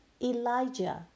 elijah